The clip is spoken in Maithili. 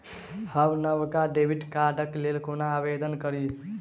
हम नवका डेबिट कार्डक लेल कोना आवेदन करी?